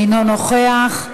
אינו נוכח,